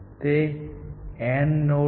તે AND node છે